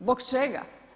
Zbog čega?